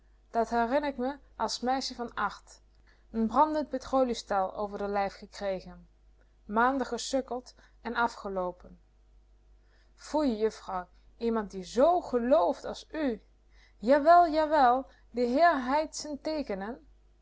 dat herinner ik me as meissie van acht n brandend gekomn petroliestel over d'r lijf gekregen maanden gesukkeld en afgeloopen foei juffrouw iemand die zoo gelft as u jawel jawel de heer heit